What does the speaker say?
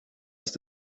ist